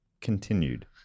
continued